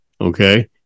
Okay